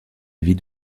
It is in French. avis